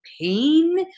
pain